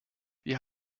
wir